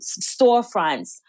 storefronts